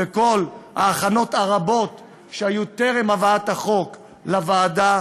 בכל ההכנות הרבות שהיו טרם הבאת החוק לוועדה.